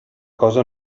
cosa